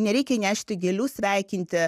nereikia nešti gėlių sveikinti